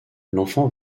l’enfant